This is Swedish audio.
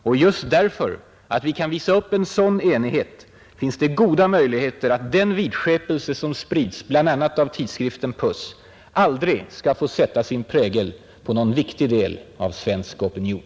Och just därför att vi kan visa upp en sådan enighet finns det goda möjligheter att den vidskepelse som sprids bl.a. av tidskriften Puss aldrig skall få sätta sin prägel på någon viktig del av svensk opinion.